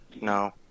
No